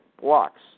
blocks